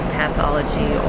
pathology